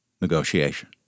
negotiation